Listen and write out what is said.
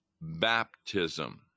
baptism